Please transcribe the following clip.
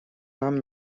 нам